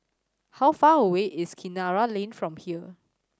how far away is Kinara Lane from here